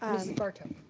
barto.